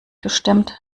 gestimmt